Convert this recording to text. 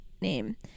name